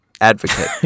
Advocate